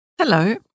Hello